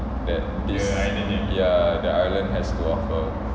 that this ya that ireland has to offer